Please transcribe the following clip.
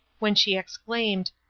when she exclaimed,